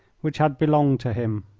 which had belonged to him.